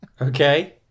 Okay